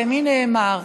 ומי אמר.